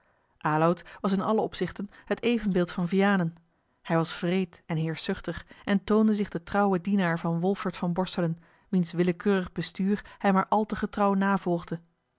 aloud was in alle opzichten het evenbeeld van vianen hij was wreed en heerschzuchtig en toonde zich den trouwen dienaar van wolfert van borselen wiens willekeurig bestuur hij maar al te getrouw navolgde